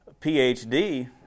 phd